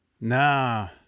Nah